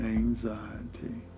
anxiety